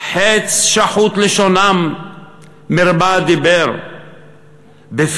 "חץ שחוט לשונם מרמה מִרְמָה דִבֵּר בפיו